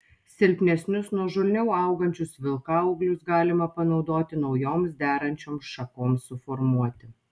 silpnesnius nuožulniau augančius vilkaūglius galima panaudoti naujoms derančioms šakoms suformuoti